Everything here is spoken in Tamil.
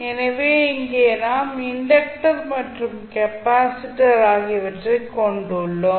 எனவே இங்கே நாம் இண்டக்டர் மற்றும் கெப்பாசிட்டர் ஆகியவற்றைக் கொண்டுள்ளோம்